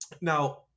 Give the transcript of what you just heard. Now